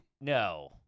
No